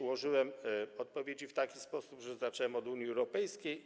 Ułożyłem odpowiedzi w taki sposób, że zacząłem od Unii Europejskiej.